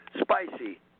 Spicy